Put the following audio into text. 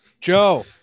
Joe